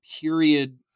period